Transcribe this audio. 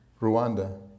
rwanda